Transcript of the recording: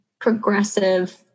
progressive